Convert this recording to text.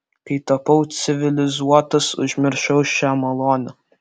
kai tapau civilizuotas užmiršau šią malonę